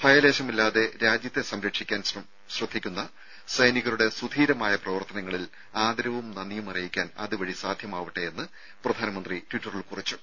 ഭയലേശമില്ലാതെ രാജ്യത്തെ സംരക്ഷിക്കാൻ ശ്രദ്ധിക്കുന്ന സൈനികരുടെ സുധീരമായ പ്രവർത്തനങ്ങളിൽ ആദരവും നന്ദിയും അറിയിക്കാൻ അതുവഴി സാധ്യമാകട്ടെ എന്ന് പ്രധാനമന്ത്രി ട്വിറ്ററിൽ കുറിച്ചു